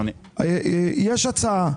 יש הצעה.